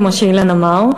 כמו שאילן אמר,